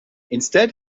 instead